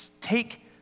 take